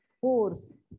force